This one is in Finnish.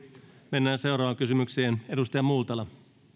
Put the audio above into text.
mennään seuraavaan kysymykseen edustaja multala